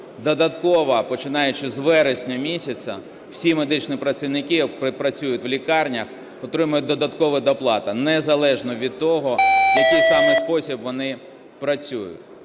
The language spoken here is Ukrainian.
додатково, починаючи з вересня місяця, всі медичні працівники працюють в лікарнях, отримують додаткову доплату незалежно від того, в який саме спосіб вони працюють.